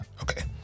Okay